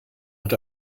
hat